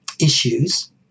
issues